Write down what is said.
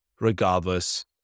regardless